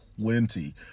plenty